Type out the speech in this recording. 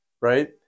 right